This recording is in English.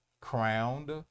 crowned